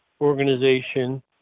Organization